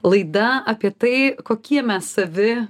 laida apie tai kokie mes savi